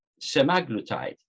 semaglutide